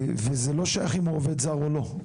וזה לא שייך לאם הוא עובד זר או לא.